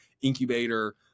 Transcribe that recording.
incubator